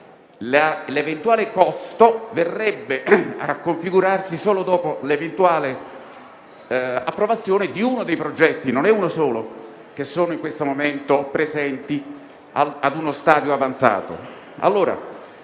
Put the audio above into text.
Un costo verrebbe a configurarsi solo dopo l'eventuale approvazione di uno dei progetti (non ve n'è uno solo) che sono in questo momento presenti ad uno stadio avanzato.